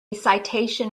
citation